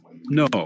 no